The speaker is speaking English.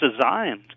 designed